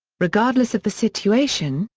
regardless of the situation,